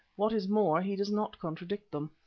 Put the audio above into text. what is more, he does not contradict them.